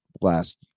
last